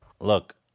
look